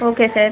okay sir